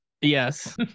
Yes